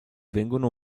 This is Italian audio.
vengono